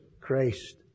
Christ